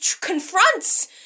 confronts